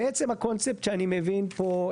זה תואם אחד את השני.